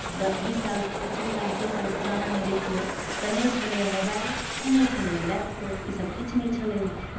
द बीस साल पच्चीस साल तीस साल पुरानामे देखियौ तऽ नहि छलैए मोबाइल आओर नहि छलैए लैपटॉप ईसभ किछु नहि छलैए